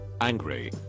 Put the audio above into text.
angry